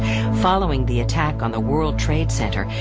following the attack on the world trade center,